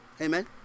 Amen